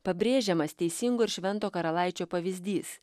pabrėžiamas teisingo ir švento karalaičio pavyzdys